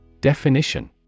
Definition